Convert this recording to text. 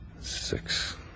six